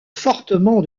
fortement